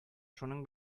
шуның